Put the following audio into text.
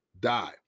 die